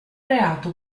reato